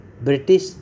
British